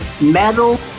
metal